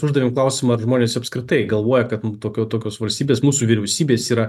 uždavėm klausimą ar žmonės apskritai galvoja kad tokio tokios valstybės mūsų vyriausybės yra